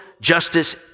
justice